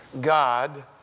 God